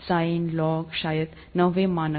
sign log शायद नौवें मानक